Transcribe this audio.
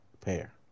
pair